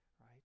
right